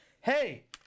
hey